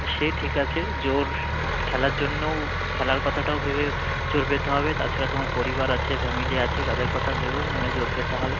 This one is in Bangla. সে ঠিক আছে জোর খেলার জন্যও খেলার কথাটাও ভেবে জোর পেতে হবে তাছাড়া তোমার পরিবার আছে ফ্যামিলি আছে তাদের কথা ভেবেও মনে জোর পেতে হবে